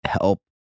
help